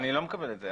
אני לא מקבל את זה.